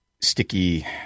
sticky